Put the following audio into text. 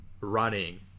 running